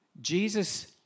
Jesus